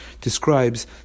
describes